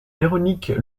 véronique